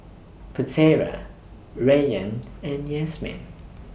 Putera Rayyan and Yasmin